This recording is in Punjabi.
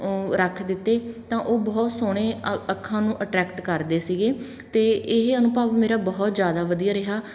ਰੱਖ ਦਿੱਤੇ ਤਾਂ ਉਹ ਬਹੁਤ ਸੋਹਣੇ ਅ ਅੱਖਾਂ ਨੂੰ ਅਟਰੈਕਟ ਕਰਦੇ ਸੀਗੇ ਅਤੇ ਇਹ ਅਨੁਭਵ ਮੇਰਾ ਬਹੁਤ ਜ਼ਿਆਦਾ ਵਧੀਆ ਰਿਹਾ